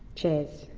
cheers,